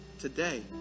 Today